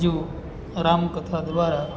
જેઓ રામકથા દ્વારા